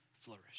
flourish